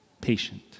patient